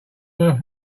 worth